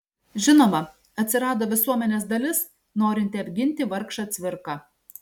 žinoma atsirado visuomenės dalis norinti apginti vargšą cvirką